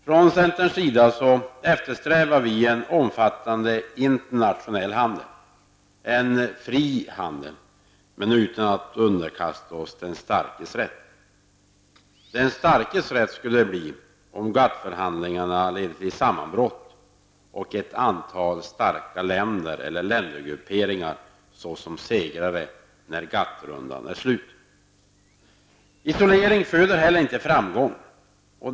Vi i centern eftersträvar en omfattande internationell handel, en fri handel -- men utan att vi behöver underkasta oss den starkes rätt. Jag tänker då på läget om GATT-förhandlingarna skulle leda till sammanbrott och ett antal starka länder eller ländergrupperingar skulle stå som segrare när GATT-rundan är slut. Isolering föder inte framgång.